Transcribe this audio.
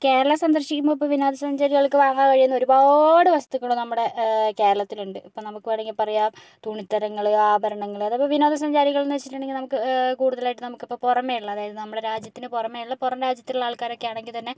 കേരളം സന്ദർശിക്കുമ്പോൾ ഇപ്പോൾ വിനോദസഞ്ചാരികൾക്ക് വാങ്ങാൻ കഴിയുന്ന ഒരുപാട് വസ്തുക്കൾ നമ്മുടെ കേരളത്തിലുണ്ട് ഇപ്പം നമുക്ക് വേണമെങ്കിൽ പറയാം തുണിത്തരങ്ങൾ ആഭരണങ്ങൾ അതൊക്കെ വിനോദസഞ്ചാരികൾ എന്ന് വെച്ചിട്ടുണ്ടെങ്കിൽ നമുക്ക് കൂടുതലായിട്ട് നമുക്ക് ഇപ്പോൾ പുറമേ ഉള്ളത് അതായത് നമ്മുടെ രാജ്യത്തിന് പുറമേയുള്ള പുറം രാജ്യത്തുള്ള ആൾക്കാരൊക്കെ ആണെങ്കിൽ തന്നെ